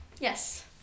Yes